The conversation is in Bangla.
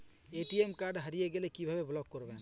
এ.টি.এম কার্ড হারিয়ে গেলে কিভাবে ব্লক করবো?